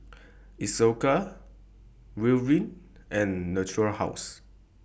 Isocal Ridwind and Natura House